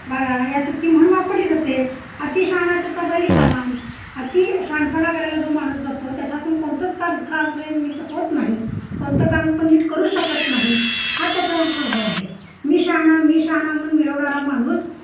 वा यासारखी म्हण वापरली जाते अतिशहाणा त्याचा बैल रिकामा अतिशहाणपणा करायला जो माणूस जातो त्याच्या हातून कोणतंच का नीट होत नाही कोणतं काम तो नीट करू शकत नाही हा त्याचा मागचा भाव आहे मी शहाणा मी शहाणा म्हणून मिरवणारा माणूस